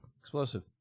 Explosive